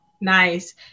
Nice